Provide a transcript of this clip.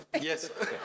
Yes